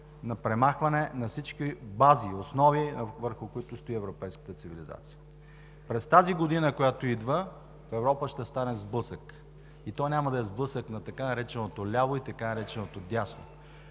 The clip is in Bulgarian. на премахване на всички бази, основи, върху които стои европейската цивилизация. През тази година, която идва, в Европа ще стане сблъсък и той няма да е сблъсък на така нареченото „ляво“ и така нареченото „дясно“.